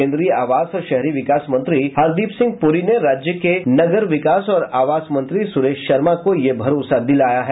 केन्द्रीय आवास और शहरी विकास मंत्री हरदीप सिंह पुरी ने राज्य के नगर विकास और आवास मंत्री सुरेश शर्मा को यह भरोसा दिलाया है